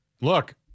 Look